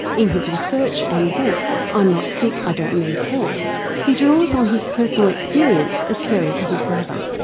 in his research and book i'm not sick, i don't need help he draws on his personal experience of caring for his brother.